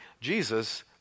Jesus